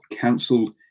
cancelled